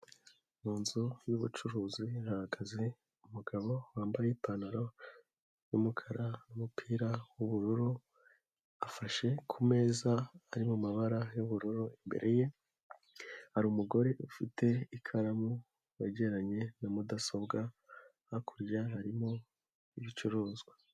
Mu inzu y'ubucuruzi hahagaze umugabo wambaye ipantaro yumukara n'umupira w'ubururu, afashe kumeza uri mu mabara y'ubururu imbere ye hari umugore ufite ikaramu wegeye na mudasobwa hakurya harimo ibicuruzwa.